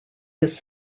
his